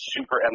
Super